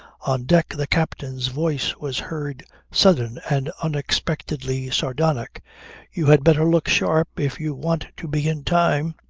on deck the captain's voice was heard sudden and unexpectedly sardonic you had better look sharp, if you want to be in time.